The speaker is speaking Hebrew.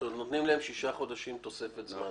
זאת אומרת שנותנים להם שישה חודשים תוספת זמן.